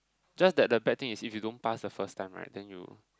just that the practise if you don't pass the first time right then you